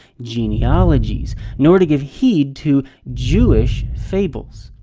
genealogies. in order to give heed to. jewish fables.